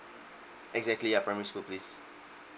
exactly ya primary school please